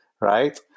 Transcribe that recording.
right